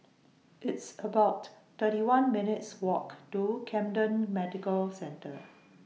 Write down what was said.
It's about thirty one minutes' Walk to Camden Medical Centre